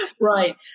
Right